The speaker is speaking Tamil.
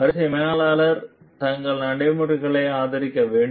வரிசை மேலாளர்கள் தங்கள் நடைமுறைகளை ஆதரிக்க வேண்டும்